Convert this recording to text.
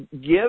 give